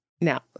Now